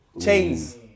Chains